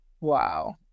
Wow